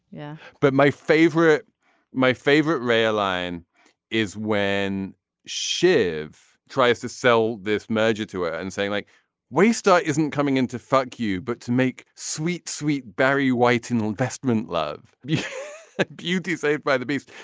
yeah but my favorite my favorite rail line is when shiv tries to sell this merger to her and saying like we star isn't coming in to fuck you but to make sweet sweet barry white in the investment. love beauty saved by the beast.